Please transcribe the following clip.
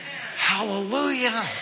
Hallelujah